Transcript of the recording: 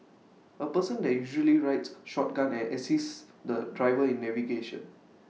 A person that usually rides shotgun and assists the driver in navigation